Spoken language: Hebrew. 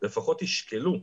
שלפחות תשקלו,